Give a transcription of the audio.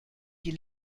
die